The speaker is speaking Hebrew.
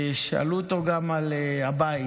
שאלו אותו גם על הבית,